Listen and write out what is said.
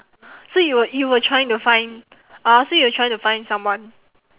so you were you were trying to find ah so you were trying to find someone